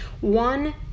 One